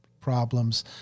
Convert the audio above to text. problems